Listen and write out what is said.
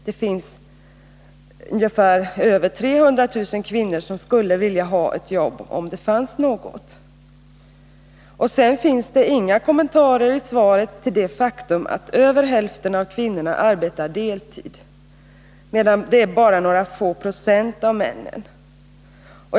Det finns över 300 000 kvinnor som skulle vilja ha ett jobb om det fanns något. Sedan finns det inga kommentarer i svaret till det faktum att över hälften av kvinnorna arbetar deltid, medan bara några få procent av männen gör det.